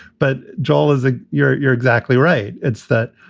but joel is a. you're you're exactly right. it's that,